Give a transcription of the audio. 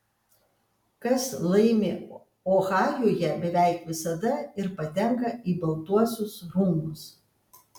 kas laimi ohajuje beveik visada ir patenka į baltuosius rūmus